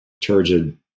turgid